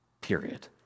period